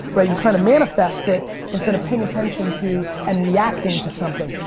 right? you're trying to manifest it instead of paying attention to, and reacting to something.